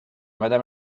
madame